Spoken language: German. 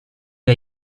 wir